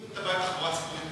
אם אתה בא בתחבורה ציבורית,